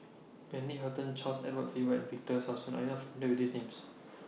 Wendy Hutton Charles Edward Faber and Victor Sassoon Are YOU not familiar with These Names